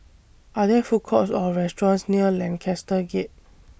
Are There Food Courts Or restaurants near Lancaster Gate